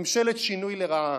ממשלת שינוי לרעה.